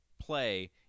play